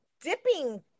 dipping